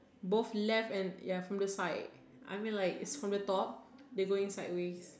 both left at ya from the side I mean like from the top they going sideways